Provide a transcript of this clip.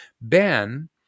Ben